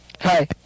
Hi